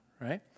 Right